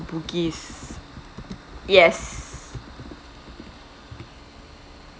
bugis yes